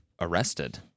arrested